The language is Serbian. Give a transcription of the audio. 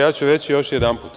Ja ću reći još jedanput.